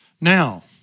Now